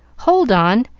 hold on!